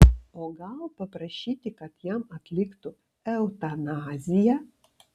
o gal paprašyti kad jam atliktų eutanaziją